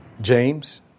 James